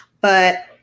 But-